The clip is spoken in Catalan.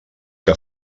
que